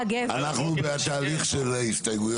סליחה, אנחנו בתהליך של ההסתייגויות.